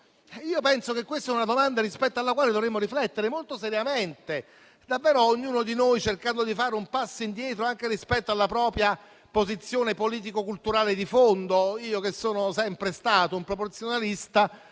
Io penso che questa sia una domanda rispetto alla quale ognuno di noi dovrebbe riflettere molto seriamente, cercando di fare un passo indietro anche rispetto alla propria posizione politico-culturale di fondo. Io, che sono sempre stato un proporzionalista,